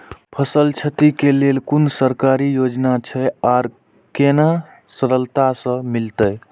फसल छति के लेल कुन सरकारी योजना छै आर केना सरलता से मिलते?